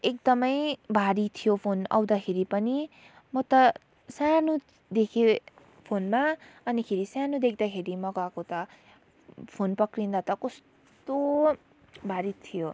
एकदमै भारी थियो फोन आउँदाखेरि पनि म त सानो देखेँ फोनमा अनिखेरि सानो देख्दाखेरि मगाएको त फोन पक्रिँदा त कस्तो भारी थियो